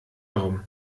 herum